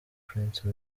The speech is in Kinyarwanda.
prince